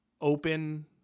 open